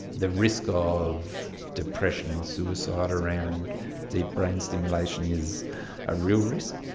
the risk ah of depression and suicide around deep brain stimulation is a real risk.